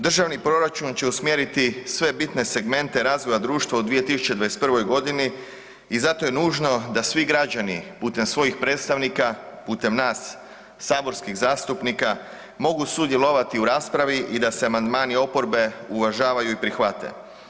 Državni proračun će usmjeriti sve bitne segmente razvoja društva u 2021. g. i zato je nužno da svi građani putem svojih predstavnika, putem nas saborskih zastupnika mogu sudjelovati u raspravi i da se amandmani oporbe uvažavaju i prihvate.